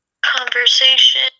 conversation